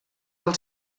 del